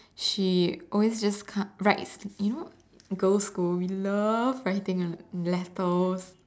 she always just kind writes you know girls' school we love writing letters